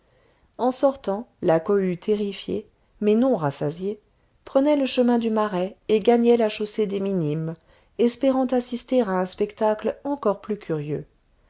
en sortant la cohue terrifiée mais non rassasiée prenait le chemin du marais et gagnait la chaussée des minimes espérant assister à un spectacle encore plus curieux